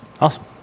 awesome